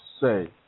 say